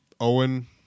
Owen